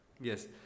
Yes